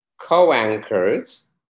co-anchors